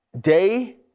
day